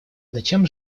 зачем